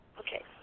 Okay